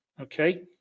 okay